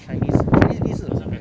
chinese actually B 是什么